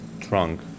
trunk